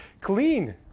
clean